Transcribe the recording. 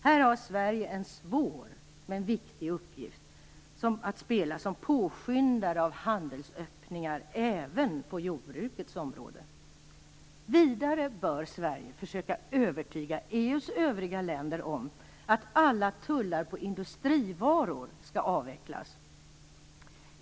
Här har Sverige en svår men viktig uppgift som påskyndare av handelsöppningar även på jordbrukets område. Vidare bör Sverige försöka övertyga EU:s övriga länder om att alla tullar på industrivaror skall avvecklas.